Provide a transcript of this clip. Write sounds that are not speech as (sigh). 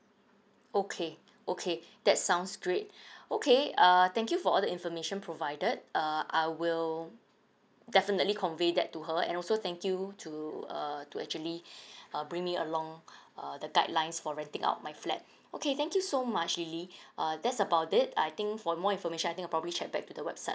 okay okay that sounds great (breath) okay err thank you for all the information provided uh I will definitely convey that to her and also thank you to uh to actually (breath) uh bring me along (breath) err the guidelines for renting out my flat okay thank you so much lily uh that's about it I think for more information I think I probably check back to the website